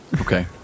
Okay